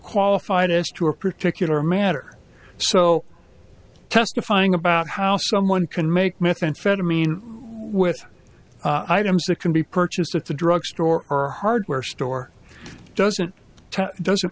qualified as to a particular matter so testifying about how someone can make methamphetamine with items that can be purchased at the drug store or hardware store doesn't doesn't